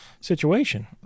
situation